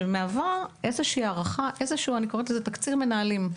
שמהווה איזשהו תקציר מנהלים.